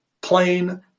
plain